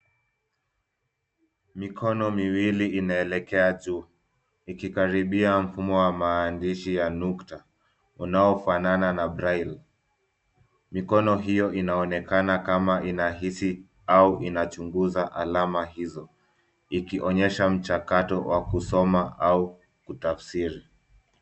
Mikono miwili inaelekea juu ikikaribia mfumo wa maandishi ya nukwa unaofanana na brailleo . Mikono hiyo inaonekana kama inahisi au inachunguza alama hizo ikionyesha mchakato wa kusoma au kutafsiri.